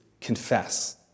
confess